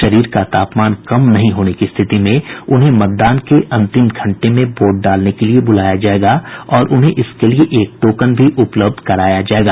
शरीर का तापमान कम नहीं होने की स्थिति में उन्हें मतदान के अंतिम घंटे में वोट डालने के लिये बुलाया जायेगा और उन्हें इसके लिये एक टोकन भी उपलब्ध कराया जायेगा